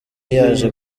yaje